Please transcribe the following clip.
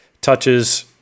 touches